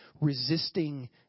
resisting